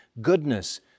goodness